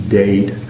date